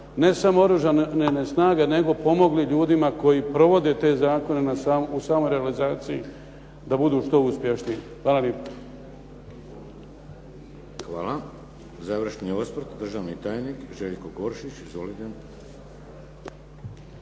ne samo Oružane snage nego pomogli ljudima koji provode te zakone u samoj realizaciji da budu što uspješniji. Hvala lijepo. **Šeks, Vladimir (HDZ)** Hvala. Završni osvrt, državni tajnik Željko Goršić. Izvolite.